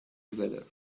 together